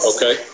Okay